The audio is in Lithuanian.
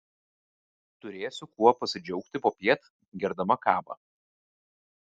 turėsiu kuo pasidžiaugti popiet gerdama kavą